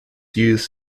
used